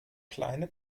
kleine